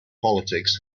politics